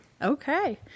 Okay